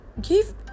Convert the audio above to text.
give